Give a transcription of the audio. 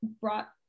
brought